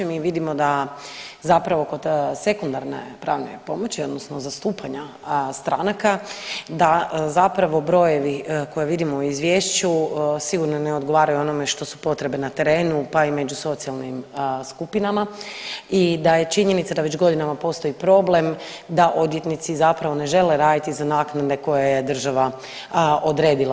Mi vidimo da zapravo kod sekundarne pomoći odnosno zastupanja stranaka da zapravo brojevi koje vidimo u izvješću sigurno ne odgovaraju onome što su potrebe na terenu pa i među socijalnim skupinama i da je činjenica da već godinama postoji problem da odvjetnici zapravo ne žele raditi za naknade koje je država odredila.